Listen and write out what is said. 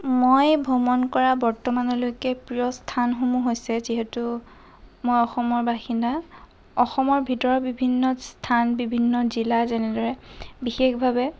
মই ভ্ৰমণ কৰা বৰ্তমানলৈকে প্ৰিয় স্থানসমূহ হৈছে যিহেতু মই অসমৰ বাসিন্দা অসমৰ ভিতৰৰ বিভিন্ন স্থান বিভিন্ন জিলা যেনেদৰে বিশেষভাৱে